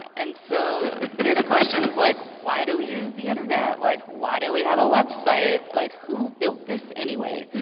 and so there's questions like, why do we use the internet? like why do we have a website? like who built this anyway?